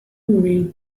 mean